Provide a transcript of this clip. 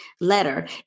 letter